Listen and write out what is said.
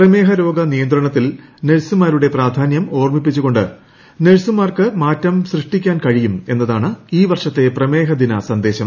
പ്രമേഹ രോഗ നിയന്ത്രണത്തിൽ നഴ്സുമാരുടെ പ്രാധാനൃം ഓർമ്മിപ്പിച്ചുകൊണ്ട് നഴ്സുമാർക്ക് മാറ്റം സൃഷ്ടിക്കാൻ കഴിയും എന്നതാണ് ഈ വർഷത്തെ പ്രമേഹദിന സന്ദേശം